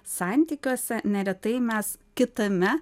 santykiuose neretai mes kitame